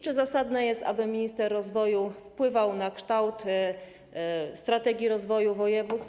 Czy zasadne jest, aby minister rozwoju wpływał na kształt strategii rozwoju województw?